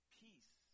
peace